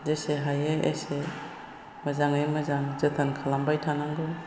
जेसे हायो एसे मोजाङै मोजां जोथोन खालामबाय थानांगौ